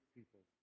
People